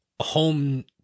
home